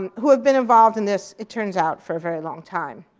um who have been involved in this it turns out for a very long time.